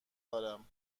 دارم